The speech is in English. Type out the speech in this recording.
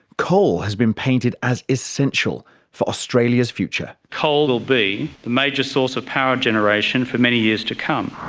coal has been painted as essential for australia's future. coal will be the major source of power generation for many years to come.